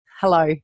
hello